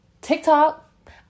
TikTok